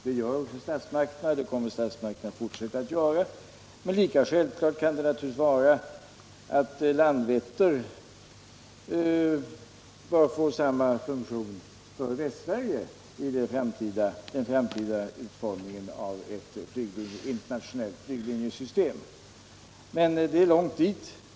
Det gör statsmakterna också, och det kommer de att fortsätta att göra. Men lika självklart kan det naturligtvis vara att Landvetter får samma funktion för Västsverige vid den framtida utformningen av ett internationellt flyglinjesystem. Men det är långt dit.